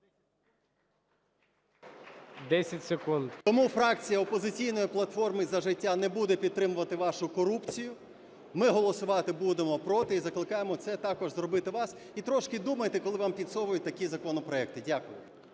Тому фракція "Опозиційна платформа - За життя" не буде підтримувати вашу корупцію. Ми голосувати будемо проти і закликаємо це також зробити вас. І трішки думайте, коли вам підсовують такі законопроекти. Дякую.